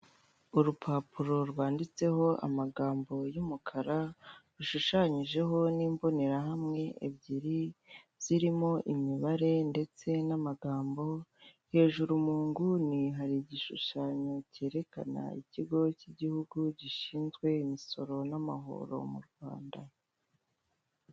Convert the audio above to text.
Urupapuro rwanditseho amagambo y'umukara, rushushanyijeho n'imbonerahamwe ebyiri, zirimo imibare ndetse n'amagambo, hajuru mu nguni hari igishushanyo cyerekana ikigo cy'igihugu gishinzwe imisoro n'amahoro mu Rwanda.